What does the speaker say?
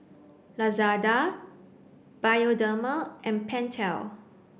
Lazada Bioderma and Pentel